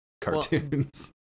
cartoons